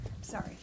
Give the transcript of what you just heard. Sorry